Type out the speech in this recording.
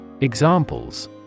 Examples